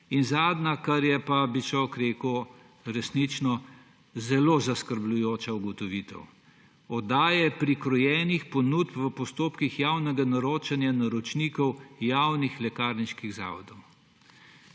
Zadnje, kar je pa, bi človek rekel, resnično zelo zaskrbljujoča ugotovitev. Oddaje prikrojenih ponudb v postopkih javnega naročanja naročnikov javnih lekarniških zavodov.